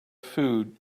food